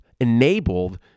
enabled